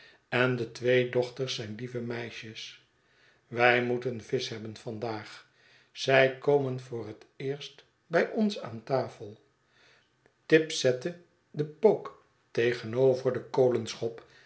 en de twee dochters zijn lieve meisjes wij moeten visch hebben vandaag zij komen voor het eerst bij ons aan tafel tibbs zette den pook tegenover de